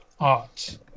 Art